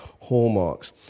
Hallmarks